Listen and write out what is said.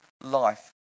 life